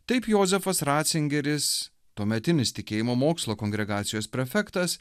taip jozefas ratzingeris tuometinis tikėjimo mokslo kongregacijos prefektas